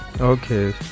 okay